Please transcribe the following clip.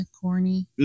corny